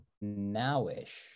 now-ish